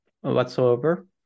whatsoever